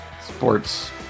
sports